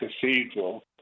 Cathedral